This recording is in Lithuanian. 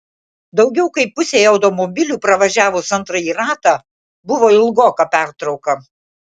daugiau kaip pusei automobilių pravažiavus antrąjį ratą buvo ilgoka pertrauka